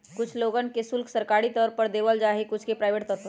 कुछ लोगन के शुल्क सरकारी तौर पर देवल जा हई कुछ के प्राइवेट तौर पर